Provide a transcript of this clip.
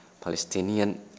Palestinian